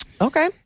Okay